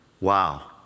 Wow